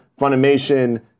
Funimation